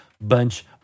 bunch